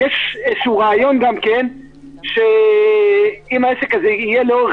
יש איזשהו רעיון שאם העסק הזה יהיה לאורך